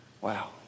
Wow